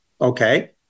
okay